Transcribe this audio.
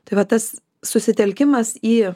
tai va tas susitelkimas į